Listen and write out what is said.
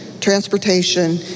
transportation